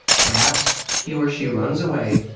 perhaps he or she runs away,